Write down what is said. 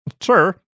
sir